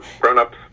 grown-ups